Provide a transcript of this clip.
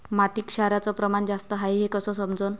मातीत क्षाराचं प्रमान जास्त हाये हे कस समजन?